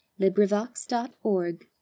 LibriVox.org